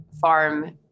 farm